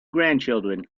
grandchildren